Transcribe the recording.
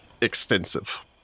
extensive